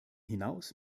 hinaus